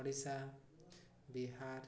Odisha Bihar